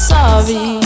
Sorry